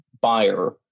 buyer